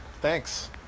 thanks